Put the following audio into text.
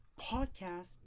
Podcast